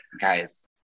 Guys